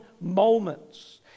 moments